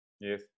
Yes